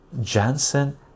Janssen